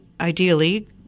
ideally